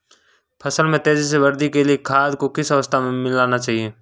फसल में तेज़ी से वृद्धि के लिए खाद को किस अवस्था में मिलाना चाहिए?